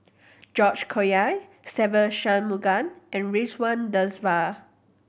George Collyer Se Ve Shanmugam and Ridzwan Dzafir